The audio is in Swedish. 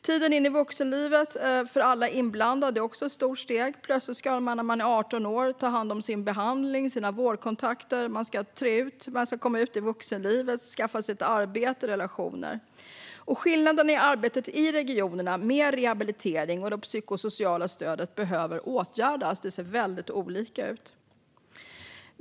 Tiden då man går in i i vuxenlivet är också ett stort steg för alla inblandade. När man blir 18 år ska man plötsligt ta hand om sin behandling och sina vårdkontakter samtidigt som man ska komma ut i vuxenlivet, skaffa sig ett arbete och relationer. Skillnaderna i regionerna i fråga om arbetet med rehabilitering och det psykosociala stödet behöver åtgärdas. Det ser väldigt olika ut.